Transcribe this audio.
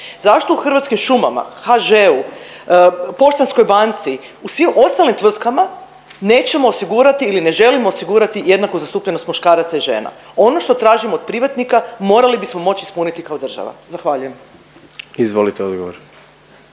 Zašto u Hrvatskim šumama, HŽ-u, Poštanskoj banci, u svim ostalim tvrtkama, nećemo osigurati ili ne želimo osigurati jednaku zastupljenost muškaraca i žena? Ono što tražimo od privatnika, morali bismo moći ispuniti kao država. Zahvaljujem. **Jandroković,